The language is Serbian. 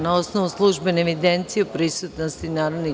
Na osnovu službene evidencije o prisutnosti narodnih